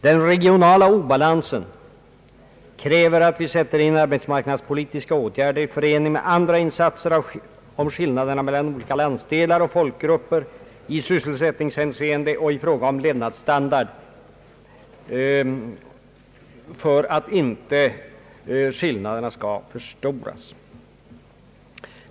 Den regionala obalansen kräver att vi sätter in arbetsmarknadspolitiska åtgärder i förening med andra insatser för att skillnaderna mellan olika landsdelar och folkgrupper i sysselsättningshänseende och i fråga om levnadsstandard inte skall förstoras.